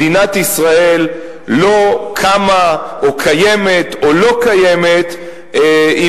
מדינת ישראל לא קמה או קיימת או לא קיימת אם